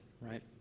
right